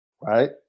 Right